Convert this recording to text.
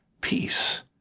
Peace